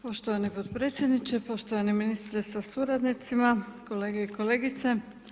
Poštovani podpredsjedniče, poštovani ministre sa suradnicima, kolege i kolegice.